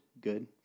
good